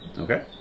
Okay